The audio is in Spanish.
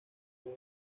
por